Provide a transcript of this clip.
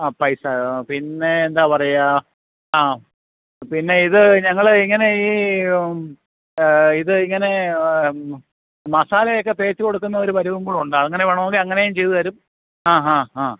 അ പൈസാ പിന്നെ എന്താ പറയുക ആ പിന്നെ ഇത് ഞങ്ങൾ ഇങ്ങനെ ഈ ഇത് ഇങ്ങനെ മസാലയൊക്കെ തേച്ച് കൊടുക്കുന്ന ഒരു പരിവം കൂടെയുണ്ട് അങ്ങനെ വേണമെങ്കിൽ അങ്ങനെ ചെയ്തു തരും ആ ആ ആ